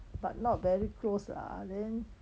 but not very close lah then